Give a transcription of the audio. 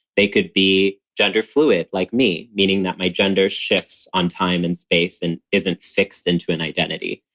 they could be gender fluid. like me. meaning that my gender shifts on time and space and isn't fixed into an identity.